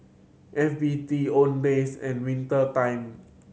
F B T Owndays and Winter Time